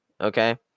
Okay